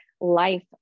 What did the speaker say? life